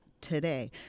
today